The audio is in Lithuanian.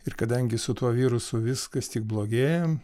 ir kadangi su tuo virusu viskas tik blogėja